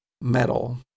metal